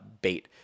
Bait